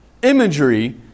Imagery